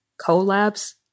collabs